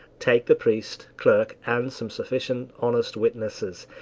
take the priest, clerk, and some sufficient honest witnesses.